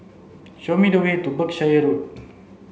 show me the way to Berkshire Road